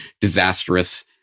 disastrous